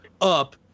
up